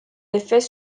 défaits